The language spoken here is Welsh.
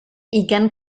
ugain